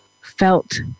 felt